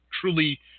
truly